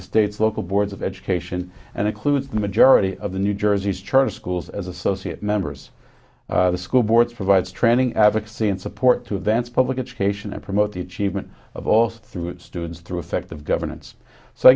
the states local boards of education and includes the majority of the new jersey's charter schools as associate members the school boards provides training advocacy and support to advance public education and promote the achievement of also through students through effective governance so i